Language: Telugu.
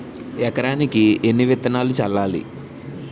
ఎకరానికి ఎన్ని విత్తనాలు చల్లాలి?